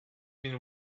been